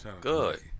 Good